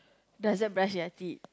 doesn't brush their teeth